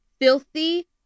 filthy